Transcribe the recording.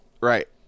Right